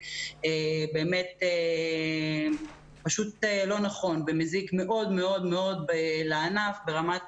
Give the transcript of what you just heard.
ובאמת פשוט לא נכון ומזיק מאוד מאוד מאוד לענף ברמת